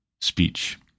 speech